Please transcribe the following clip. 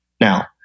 Now